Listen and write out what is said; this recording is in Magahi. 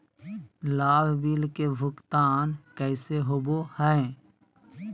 लाभ बिल के भुगतान कैसे होबो हैं?